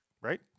Right